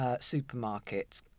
supermarket